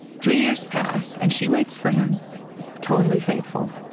three years pass and she waits for him totally faithful.